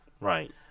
right